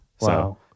Wow